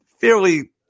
fairly